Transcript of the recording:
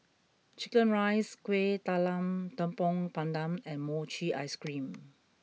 Chicken Rice Kueh Talam Tepong Pandan and Mochi Ice Cream